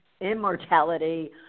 immortality